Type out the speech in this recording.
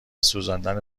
سوزاندن